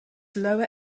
lower